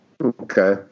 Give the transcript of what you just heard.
Okay